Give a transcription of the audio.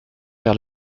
vers